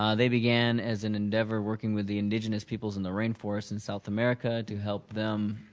um they began as an endeavor working with the indigenous peoples in the rainforest in south america to help them,